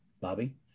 Bobby